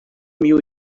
mil